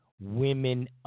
women